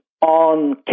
on